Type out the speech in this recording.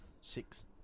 six